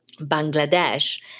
Bangladesh